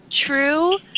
true